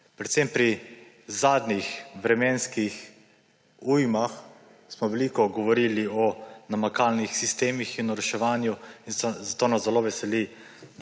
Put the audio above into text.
Predvsem pri zadnjih vremenskih ujmah smo veliko govorili o namakalnih sistemih in o reševanju, zato nas zelo veseli,